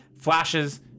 flashes